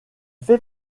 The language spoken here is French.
fait